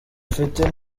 afite